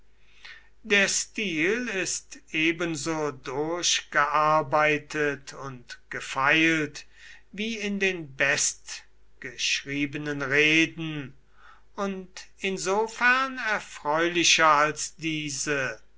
der stil ist ebenso durchgearbeitet und gefeilt wie in den bestgeschriebenen reden und insofern erfreulicher als diese